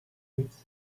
with